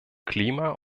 klima